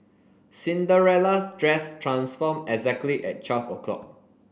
Cinderella's dress transformed exactly at twelve o'clock